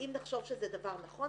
אם נחשוב שזה דבר נכון,